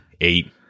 eight